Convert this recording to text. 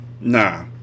Nah